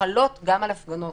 חלות גם על הפגנות.